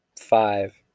five